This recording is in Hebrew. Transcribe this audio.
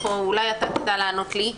אולי אתה תדע לענות לי.